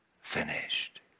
finished